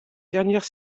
dernière